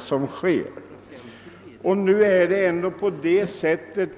som har försiggått i samhället.